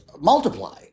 multiply